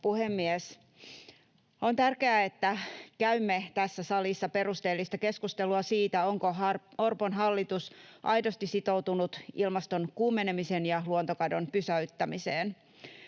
puhemies! On tärkeää, että käymme tässä salissa perusteellista keskustelua siitä, onko Orpon hallitus aidosti sitoutunut ilmaston kuumenemisen ja luontokadon pysäyttämiseen.